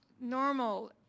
normal